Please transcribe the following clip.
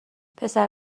پسر